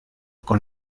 con